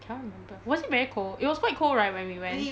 cannot remember was it very cold it was quite cold right when we went